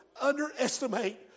underestimate